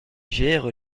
gère